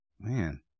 Man